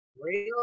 Real